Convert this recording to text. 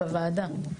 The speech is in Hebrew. בוועדה.